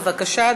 בבקשה,